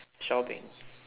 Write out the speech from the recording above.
shopping